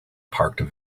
parked